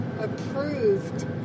approved